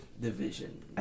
division